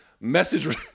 message